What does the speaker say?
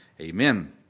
Amen